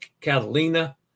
Catalina